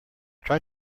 try